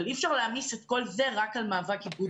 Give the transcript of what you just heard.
אבל א אפשר להעמיס רק על מאבק איגוד מקצועי.